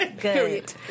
good